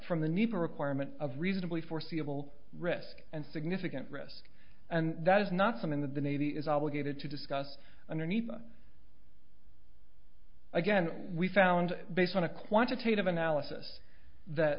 from the need for requirement of reasonably foreseeable risk and significant risk and that is not something that the navy is obligated to discuss underneath but again we found based on a quantitative analysis that